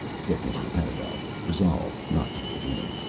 said mr. pedagog, resolved not to give in.